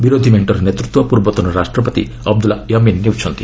ବିରୋଧୀ ମେଣ୍ଟର ନେତୃତ୍ୱ ପୂର୍ବତନ ରାଷ୍ଟ୍ରପତି ଅବଦୁଲା ୟମିନ୍ ନେଉଛନ୍ତି